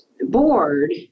board